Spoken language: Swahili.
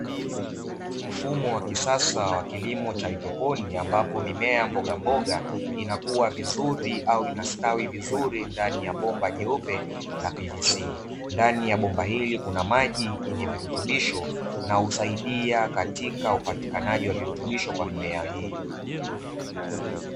Mfumo wa kisasa wa kilimo cha haidroponi, ambapo mimea mbogamboga inakua vizuri au kustawi vizuri ndani ya bomba jeupe la "PVC", ndani ya bomba hili kuna maji yenye virutubisho na husaidia katika upatikanaji wa virutubisho kwa mimea hii.